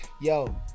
Yo